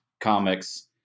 comics